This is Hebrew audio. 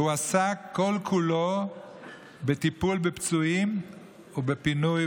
והוא עסק כל-כולו בטיפול בפצועים ובפינוי,